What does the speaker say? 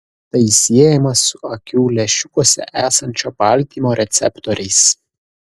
tai siejama su akių lęšiukuose esančio baltymo receptoriais